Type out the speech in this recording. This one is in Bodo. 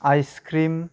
ice cream